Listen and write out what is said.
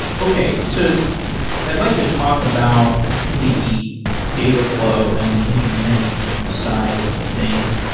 okay. so i'd like to talk about the data flow and the engineering side of things.